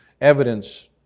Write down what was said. evidence